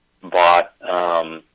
bought